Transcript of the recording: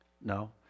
No